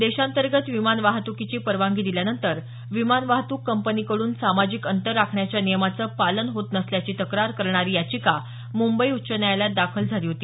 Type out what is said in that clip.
देशांतर्गत विमान वाहत्कीची परवानगी दिल्यानंतर विमान वाहतूक कंपनीकडून सामाजिक अंतर राखण्याच्या नियमाचं पालन होत नसल्याची तक्रार करणारी याचिका मुंबई उच्च न्यायालयात दाखल झाली होती